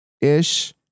ish